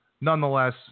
Nonetheless